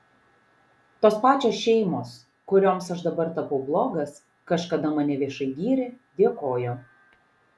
tos pačios šeimos kurioms aš dabar tapau blogas kažkada mane viešai gyrė dėkojo